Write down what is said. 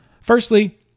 Firstly